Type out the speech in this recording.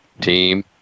team